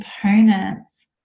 components